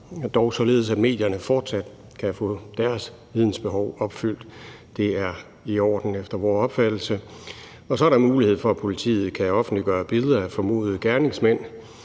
dog således at medierne fortsat kan få deres vidensbehov opfyldt. Det er i orden efter vores opfattelse. Og så er der mulighed for, at politiet kan offentliggøre billeder af formodede gerningsmænd.